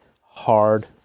hard